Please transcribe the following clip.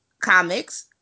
comics